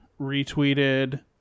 retweeted